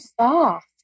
soft